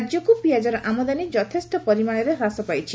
ରାଜ୍ୟକୁ ପିଆଜର ଆମଦାନୀ ଯଥେଷ୍ ପରିମାଣରେ ହ୍ରାସ ପାଇଛି